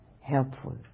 helpful